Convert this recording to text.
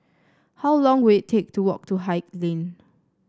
how long will it take to walk to Haig Lane